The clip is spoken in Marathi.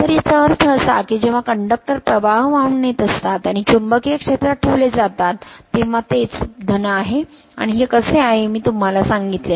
तर याचा अर्थ असा की जेव्हा कंडक्टर प्रवाह वाहून नेत असतात आणि चुंबकीय क्षेत्रात ठेवले जातात तेव्हा तेच आहे आणि हे कसे आहे हे मी तुम्हाला सांगितले